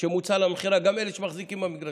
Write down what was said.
שמוצע למכירה, גם אלה שמחזיקים במגרשים.